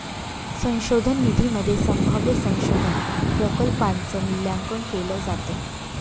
संशोधन निधीमध्ये संभाव्य संशोधन प्रकल्पांच मूल्यांकन केलं जातं